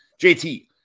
JT